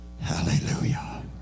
hallelujah